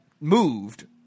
moved